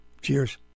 Cheers